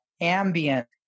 ambient